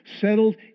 settled